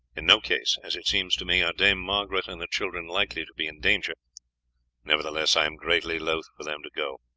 in no case, as it seems to me, are dame margaret and the children likely to be in danger nevertheless, i am greatly loth for them to go.